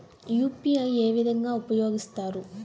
UPI ఏ విధంగా ఉపయోగిస్తారు?